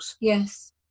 yes